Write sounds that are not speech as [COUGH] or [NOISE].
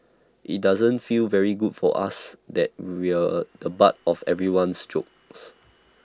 IT doesn't feel very good for us that we're [NOISE] the butt of everyone's jokes